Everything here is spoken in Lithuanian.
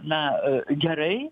na gerai